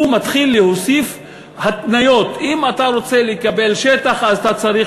הוא מתחיל להוסיף התניות: אם אתה רוצה לקבל שטח אז אתה צריך